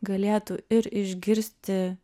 galėtų ir išgirsti